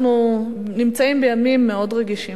אנחנו נמצאים בימים מאוד רגישים,